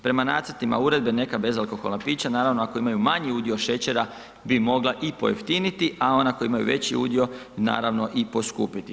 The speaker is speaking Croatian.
Prema nacrtima uredbe, neka bezalkoholna pića naravno ako imaju manji udio šećera bi mogla i pojeftiniti a ona koja imaju veći udio naravno i poskupiti.